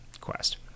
quest